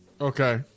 Okay